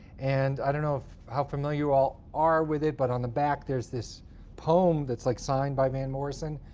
and i don't know how familiar you all are with it, but on the back there's this poem that's like signed by van morrison.